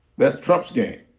that's trump's game.